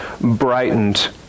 brightened